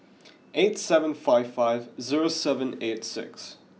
eight seven five five zero seven eight six